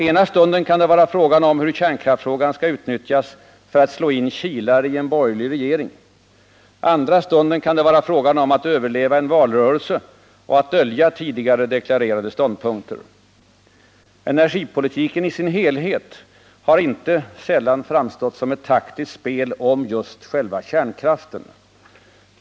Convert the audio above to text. Ena stunden kan det vara fråga om hur kärnkraftsfrågan skall utnyttjas för att slå in kilar i en borgerlig regering. Andra stunden kan det vara fråga om att överleva en valrörelse och att dölja tidigare deklarerade ståndpunkter. Energipolitiken i sin helhet har inte sällan framstått som ett taktiskt betingat spel om just själva kärnkraften.